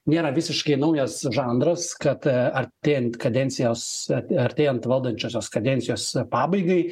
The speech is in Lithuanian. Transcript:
nėra visiškai naujas žanras kad artėjant kadencijos a artėjant valdančiosios kadencijos pabaigai